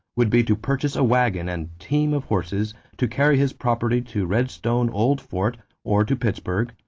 would be to purchase a waggon and team of horses to carry his property to redstone old fort or to pittsburgh,